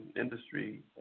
industry